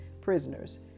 prisoners